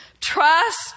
Trust